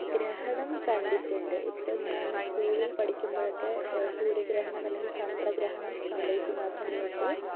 ഗ്രഹണം കണ്ടിട്ടുണ്ട് ഇപ്പോൾ ഞാൻ സ്കൂളിൽ പഠിക്കുമ്പോഴൊക്കെ സൂര്യഗ്രഹണം അല്ലെങ്കിൽ ചന്ദ്രഗ്രഹണം സംഭവിക്കുന്ന ആ സമയത്ത്